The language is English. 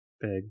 big